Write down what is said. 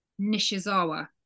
Nishizawa